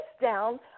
down